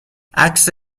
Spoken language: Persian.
عکس